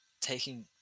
taking